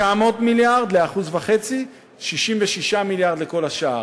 900 מיליארד ל-1.5% 66 מיליארד לכל השאר.